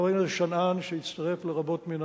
לחבר הכנסת שנאן, שהצטרף לרבות מן